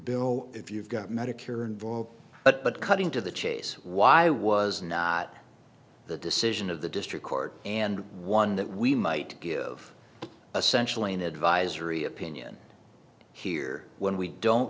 bill if you've got medicare involved but cutting to the chase why was not the decision of the district court and one that we might give essential an advisory opinion here when we don't